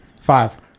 Five